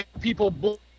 people